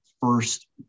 first